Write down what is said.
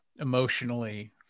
emotionally